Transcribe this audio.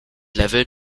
level